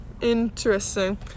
Interesting